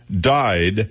died